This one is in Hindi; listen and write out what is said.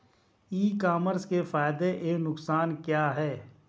ई कॉमर्स के फायदे एवं नुकसान क्या हैं?